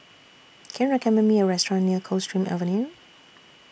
Can YOU recommend Me A Restaurant near Coldstream Avenue